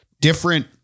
different